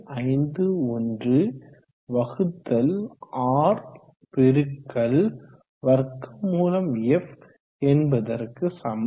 51R√f என்பதற்கு சமம்